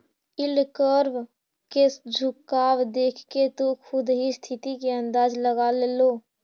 yield curve के झुकाव देखके तु खुद ही स्थिति के अंदाज लगा लेओ